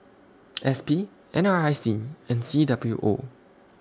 S P N R I C and C W O